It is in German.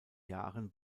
jahren